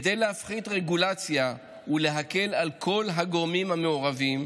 כדי להפחית רגולציה ולהקל על כל הגורמים המעורבים,